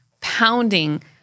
pounding